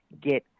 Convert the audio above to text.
get